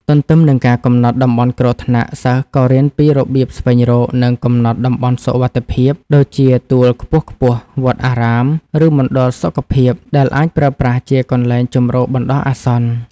ទន្ទឹមនឹងការកំណត់តំបន់គ្រោះថ្នាក់ សិស្សក៏រៀនពីរបៀបស្វែងរក និងកំណត់តំបន់សុវត្ថិភាព ដូចជាទួលខ្ពស់ៗ វត្តអារាម ឬមណ្ឌលសុខភាព ដែលអាចប្រើប្រាស់ជាកន្លែងជម្រកបណ្ដោះអាសន្ន។